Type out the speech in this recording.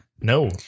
no